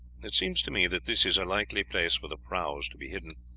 it seems to me that this is a likely place for the prahus to be hidden.